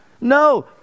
No